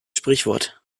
sprichwort